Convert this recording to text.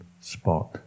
spot